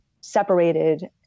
separated